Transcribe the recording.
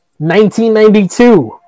1992